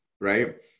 right